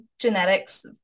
genetics